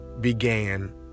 began